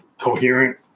coherent